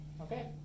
Okay